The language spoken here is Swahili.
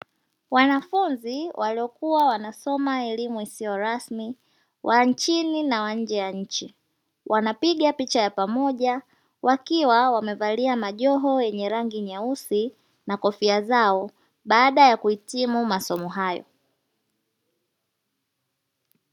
Wanafunzi waliokuwa wanasoma elimu isiyokuwa rasmi wa nchini na wanne ya nchi wanapita picha kwa pamoja wakiwa wamevalia majoho yenye rangi nyeusi na kofia zao baada ya kuhitimu masomo hayo.